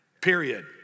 period